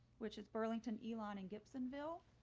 which is burlington, ilan and gibson ville